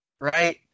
right